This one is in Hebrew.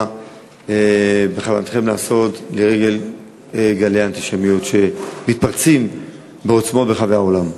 מה בכוונתכם לעשות לנוכח גלי האנטישמיות שמתפרצים בעוצמות ברחבי העולם?